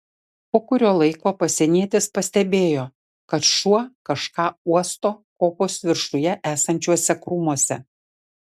po kurio laiko pasienietis pastebėjo kad šuo kažką uosto kopos viršuje esančiuose krūmuose